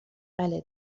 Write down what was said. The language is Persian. بله